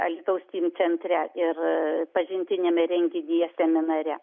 alytaus steam centre ir pažintiniame renginyje seminare